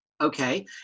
Okay